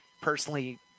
personally